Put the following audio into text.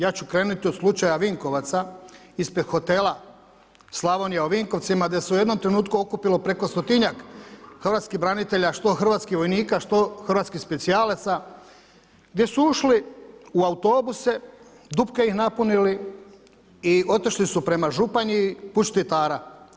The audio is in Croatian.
Ja ću krenuti od slučaja Vinkovaca ispred hotela Slavonija u Vinkovcima gdje se u jednom trenutku okupilo preko stotinjak hrvatskih branitelja, što hrvatskih vojnika, što hrvatskih specijalaca gdje su ušli u autobuse, dupke ih napunili i otišli su prema Županiji put Štitara.